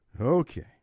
Okay